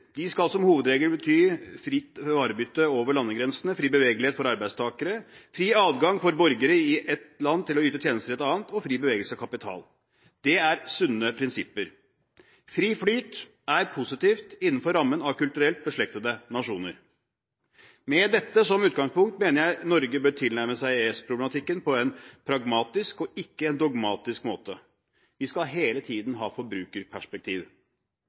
skal som hovedregel bety fritt varebytte over landegrensene, fri bevegelighet for arbeidstakere, fri adgang for borgere i ett land til å yte tjenester i et annet og fri bevegelse av kapital. Det er sunne prinsipper. Fri flyt er positivt innenfor rammen av kulturelt beslektede nasjoner. Med dette som utgangspunkt mener jeg Norge bør tilnærme seg EØS-problematikken på en pragmatisk og ikke en dogmatisk måte. Vi skal hele tiden ha forbrukerperspektiv.